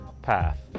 path